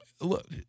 look